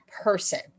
person